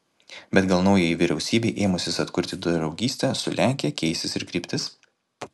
bet gal naujajai vyriausybei ėmusis atkurti draugystę su lenkija keisis ir kryptis